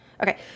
Okay